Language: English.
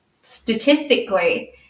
statistically